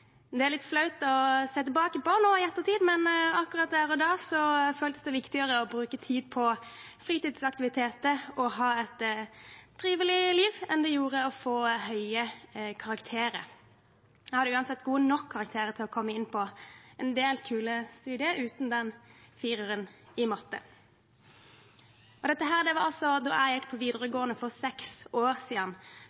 tilbake på nå i ettertid, men akkurat der og da føltes det viktigere å bruke tiden på fritidsaktiviteter og ha et trivelig liv enn å få gode karakterer. Jeg hadde uansett gode nok karakterer til å komme inn på en del kule studier uten den fireren i matte. Dette var altså da jeg gikk på videregående for seks år siden, før firerkravet var innført, og før jeg visste hva det ville bety for mine videre